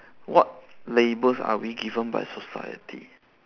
what labels are we given by society